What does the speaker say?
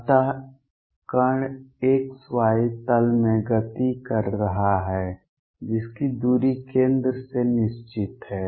अत कण x y तल में गति कर रहा है जिसकी दूरी केंद्र से निश्चित है